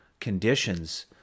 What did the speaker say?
conditions